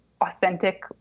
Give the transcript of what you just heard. authentic